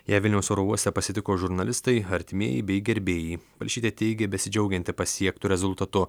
ją vilniaus oro uoste pasitiko žurnalistai artimieji bei gerbėjai palšytė teigė besidžiaugianti pasiektu rezultatu